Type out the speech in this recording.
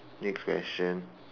next question